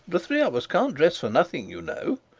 the three of us can't dress for nothing you know